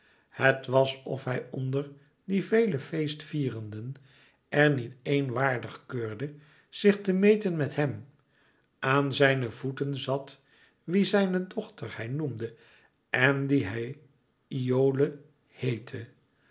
het was of hij onder die vele feestvierderen er niet eén waardig keurde zich te meten met hem aan zijne voeten zat wie zijne dochter hij noemde en die hij iole heette